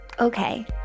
Okay